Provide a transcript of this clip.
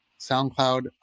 soundcloud